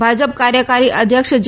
ભાજપ કાર્યકારી અધ્યક્ષ જે